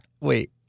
Wait